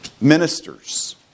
Ministers